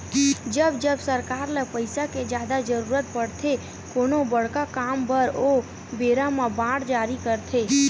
जब जब सरकार ल पइसा के जादा जरुरत पड़थे कोनो बड़का काम बर ओ बेरा म बांड जारी करथे